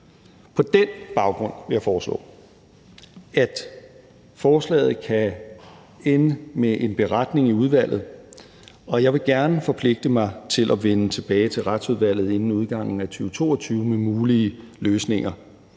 På den baggrund vil jeg foreslå, at forslaget kan ende med en beretning i udvalget. Jeg vil gerne forpligte mig til at vende tilbage til Retsudvalget inden udgangen af 2022 med mulige løsninger.